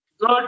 Good